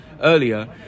earlier